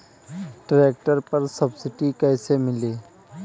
Tractor पर subsidy कैसे मिली?